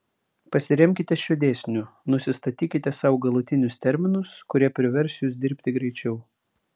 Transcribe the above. pasiremkite šiuo dėsniu nusistatykite sau galutinius terminus kurie privers jus dirbti greičiau